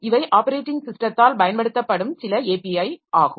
இவை ஆப்பரேட்டிங் ஸிஸ்டத்தால் பயன்படுத்தப்படும் சில API ஆகும்